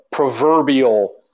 proverbial